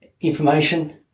information